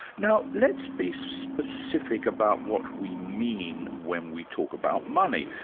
now let's be so specific about what we mean when we talk about money,